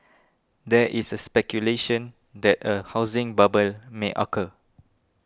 there is a speculation that a housing bubble may occur